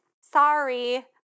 sorry